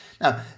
now